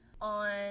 on